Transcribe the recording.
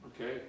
okay